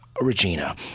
Regina